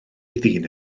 ddyn